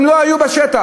הם לא היו בשטח,